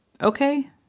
okay